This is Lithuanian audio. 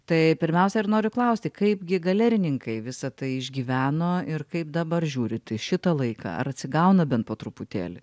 tai pirmiausia ir noriu klausti kaipgi galerininkai visa tai išgyveno ir kaip dabar žiūrit į šitą laiką ar atsigauna bent po truputėlį